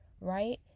right